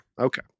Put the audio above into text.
Okay